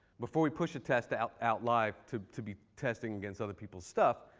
before we push a test out out live to to be testing against other people's stuff,